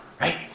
right